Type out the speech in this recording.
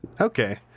Okay